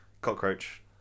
cockroach